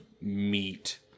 meat